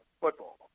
football